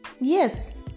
yes